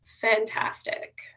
fantastic